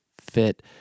fit